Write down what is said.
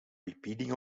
repeating